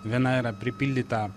viena yra pripildyta